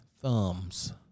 thumbs